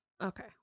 Okay